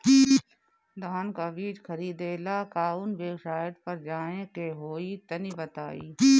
धान का बीज खरीदे ला काउन वेबसाइट पर जाए के होई तनि बताई?